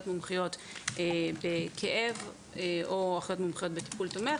מומחיות בכאב או אחיות מומחיות בטיפול תומך,